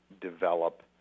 develop